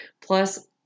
Plus